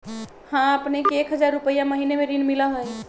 हां अपने के एक हजार रु महीने में ऋण मिलहई?